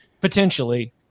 potentially